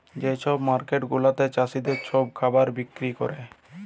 যে ছব মার্কেট গুলাতে চাষীদের ছব খাবার বিক্কিরি ক্যরে